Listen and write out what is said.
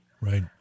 Right